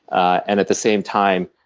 and at the same time,